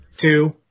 two